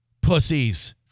pussies